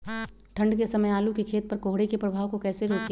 ठंढ के समय आलू के खेत पर कोहरे के प्रभाव को कैसे रोके?